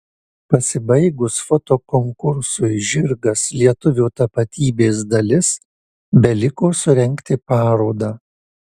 pasibaigus fotokonkursui žirgas lietuvio tapatybės dalis beliko surengti parodą